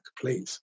please